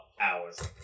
hours